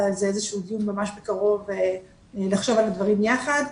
דיון ממש בקרוב לחשוב על הדברים יחד,